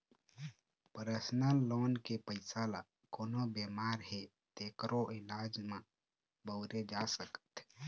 personal loan के पइसा ल कोनो बेमार हे तेखरो इलाज म बउरे जा सकत हे